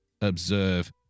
observe